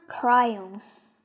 crayons